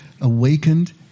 Awakened